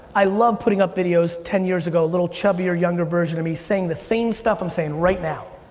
i love putting up videos ten years ago, a little chubbier, younger version of me saying the same stuff i'm saying right now.